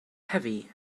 heavy